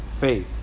faith